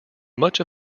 much